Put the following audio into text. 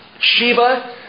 Sheba